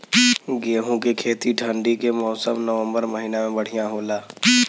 गेहूँ के खेती ठंण्डी के मौसम नवम्बर महीना में बढ़ियां होला?